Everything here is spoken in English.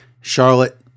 Charlotte